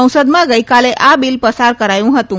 સંસદમાં ગઇકાલે આ બિલ પસાર કરાયું હતું